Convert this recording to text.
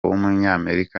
w’umunyamerika